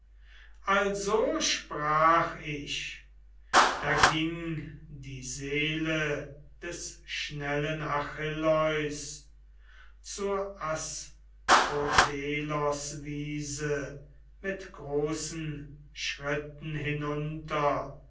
also sprach ich da ging die seele des schnellen achilleus zur asphodeloswiese mit großen schritten hinunter